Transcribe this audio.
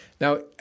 Now